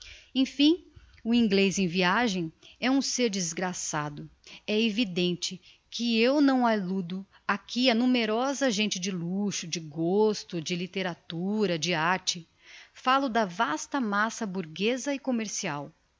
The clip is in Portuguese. emfim o inglez em viagem é um ser desgraçado é evidente que eu não alludo aqui á numerosa gente de luxo de gosto de litteratura de arte fallo da vasta massa burgueza e commercial